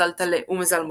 מזל טלה ומזל מאזניים.